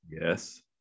Yes